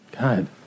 God